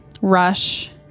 rush